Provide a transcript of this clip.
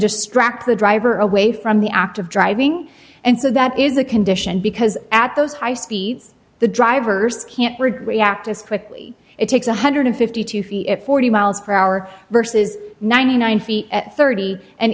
distract the driver away from the act of driving and so that is a condition because at those high speeds the drivers can't rebut act as quickly it takes one hundred and fifty two feet at forty mph verses ninety nine feet at thirty and